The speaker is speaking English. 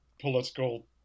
political